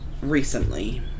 recently